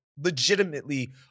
legitimately